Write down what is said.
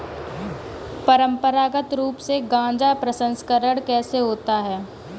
परंपरागत रूप से गाजा प्रसंस्करण कैसे होता है?